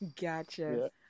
Gotcha